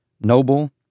noble